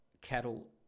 cattle